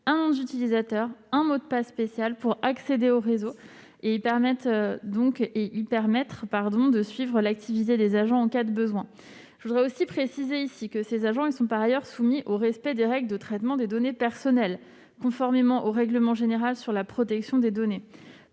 un nom d'utilisateur et un mot de passe spécial pour accéder au réseau, afin de suivre l'activité des agents en cas de besoin. Je voudrais aussi préciser ici que ces agents sont, par ailleurs, soumis au respect des règles de traitement des données personnelles, conformément au règlement général sur la protection des données.